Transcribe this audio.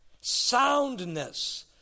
soundness